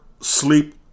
sleep